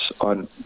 on